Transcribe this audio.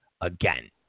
again